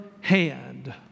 hand